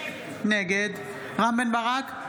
נגד רם בן ברק,